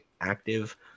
active